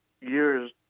years